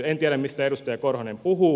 en tiedä mistä edustaja korhonen puhuu